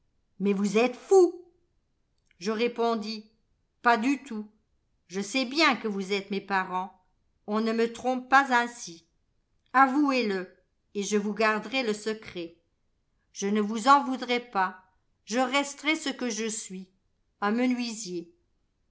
mais vous êtes fou je répondis pas du tout je sais bien que vous êtes mes parents on ne me trompe pas ainsi avouez-le et je vous garderai le secret je ne vous en voudrai pas je resterai ce que je suis un menuisier